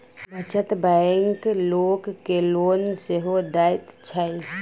बचत बैंक लोक के लोन सेहो दैत छै